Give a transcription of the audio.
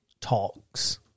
talks